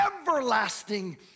everlasting